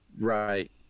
right